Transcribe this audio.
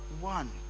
one